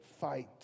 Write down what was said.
fight